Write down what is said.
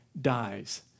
dies